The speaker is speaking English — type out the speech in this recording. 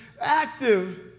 active